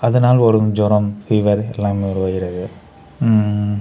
அதனால் வரும் ஜூரம் ஃபீவர் எல்லாமே உருவாகிறது